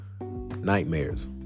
nightmares